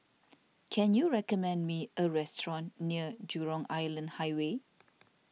can you recommend me a restaurant near Jurong Island Highway